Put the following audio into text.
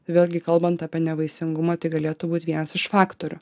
vėlgi kalbant apie nevaisingumą tai galėtų būt vienas iš faktorių